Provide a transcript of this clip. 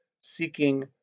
seeking